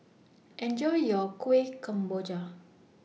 Enjoy your Kueh Kemboja